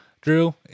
Drew